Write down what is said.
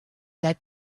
that